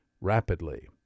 rapidly